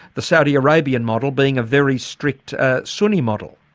the saudi arabian model being a very strict ah sunni model?